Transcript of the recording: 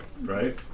right